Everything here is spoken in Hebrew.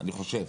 אני חושב,